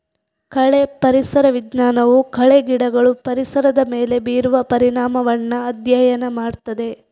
ಕಳೆ ಪರಿಸರ ವಿಜ್ಞಾನವು ಕಳೆ ಗಿಡಗಳು ಪರಿಸರದ ಮೇಲೆ ಬೀರುವ ಪರಿಣಾಮವನ್ನ ಅಧ್ಯಯನ ಮಾಡ್ತದೆ